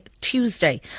Tuesday